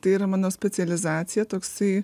tai yra mano specializacija toksai